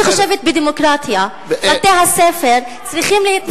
אני חושבת, בדמוקרטיה, בתי-הספר צריכים להתנצל.